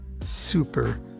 super